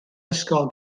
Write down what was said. ysgol